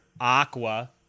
Aqua